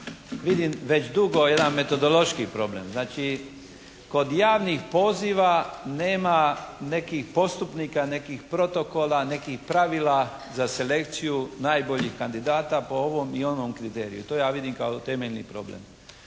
vidim već dugo jedan metodološki problem. Znači kod javnih poziva nema nekih postupnika, nekih protokola, nekih pravila za selekciju najboljih kandidata po ovom i onom kriteriju. To ja vidim kao temeljni problem.